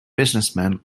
businessmen